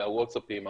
הוואטסאפים,